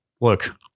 Look